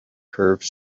curved